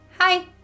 hi